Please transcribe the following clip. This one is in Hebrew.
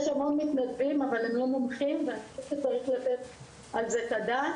יש המון מתנדבים אבל הם לא מומחים ואני חושבת שצריך לתת על זה את הדעת,